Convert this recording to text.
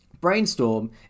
Brainstorm